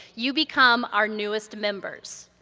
you become our newest members.